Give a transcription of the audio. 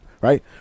right